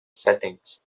settings